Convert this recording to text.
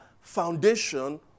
foundation